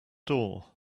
door